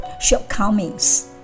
shortcomings